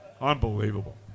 Unbelievable